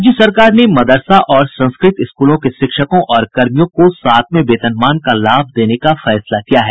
राज्य सरकार ने मदरसा और संस्कृत स्कूलों के शिक्षकों और कर्मियों को सातवें वेतनमान का लाभ देने का फैसला किया है